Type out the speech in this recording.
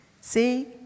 See